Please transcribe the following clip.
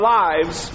lives